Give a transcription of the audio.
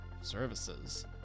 services